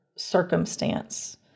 circumstance